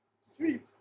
sweet